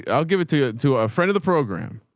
ah i'll give it to, to a friend of the program,